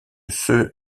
ceux